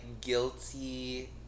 guilty